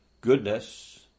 goodness